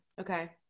Okay